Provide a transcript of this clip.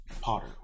Potter